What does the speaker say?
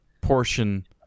portion